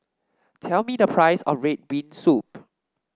tell me the price of red bean soup